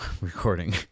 recording